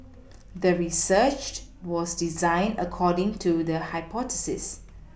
the researched was designed according to the hypothesis